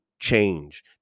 Change